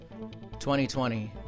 2020